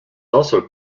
also